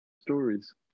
stories